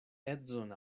edzon